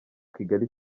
kigali